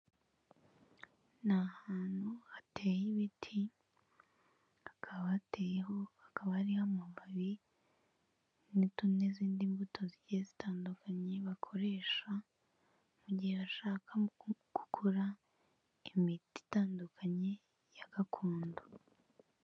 Ni ahantu hateye ibiti hakaba hateyeho, kaba hariho amababi n'izindi mbuto zigiye zitandukanye, bakoresha mu gihe bashaka gukora imiti itandukanye ya gakondo.